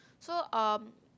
so um